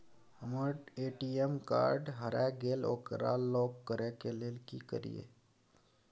हमर ATM card हेरा गेल ओकरा लॉक करै के लेल की करियै?